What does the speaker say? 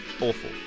Awful